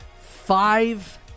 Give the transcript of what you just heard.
five